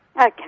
Okay